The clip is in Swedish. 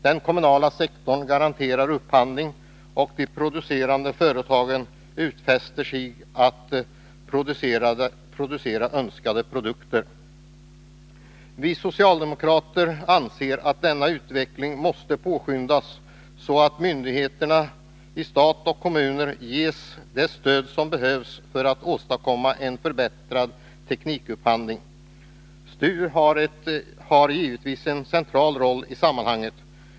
Den kommunala sektorn garanterar upphandling och de producerande företagen utfäster sig att producera önskade produkter.” Vi socialdemokrater anser att denna utveckling måste påskyndas, så att myndigheter i stat och kommun ges det stöd som behövs för att åstadkomma en förbättrad teknikupphandling. STU har givits en central roll i sammanhanget.